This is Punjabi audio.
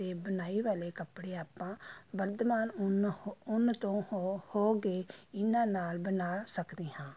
ਅਤੇ ਬੁਣਾਈ ਵਾਲੇ ਕੱਪੜੇ ਆਪਾਂ ਵਰਧਮਾਨ ਉੱਨ ਹੋ ਉੱਨ ਤੋਂ ਹੋ ਹੋ ਗਏ ਇਹਨਾਂ ਨਾਲ ਬਣਾ ਸਕਦੇ ਹਾਂ